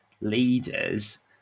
leaders